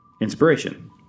Inspiration